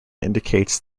indicates